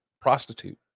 prostitute